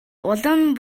улам